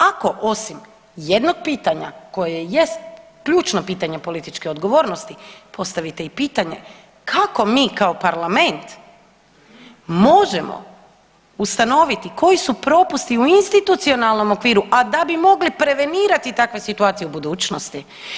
Ako osim jednog pitanja koje jest ključno pitanje političke odgovornosti postavite i pitanje kako mi kao parlament možemo ustanoviti koji su propusti u institucionalnom okviru, a da bi mogli prevenirati takve situacije u budućnosti.